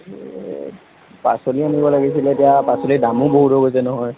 পাচলি আনিব লাগিছিলে এতিয়া পাচলিৰ দামো বহুত গৈছে নহয়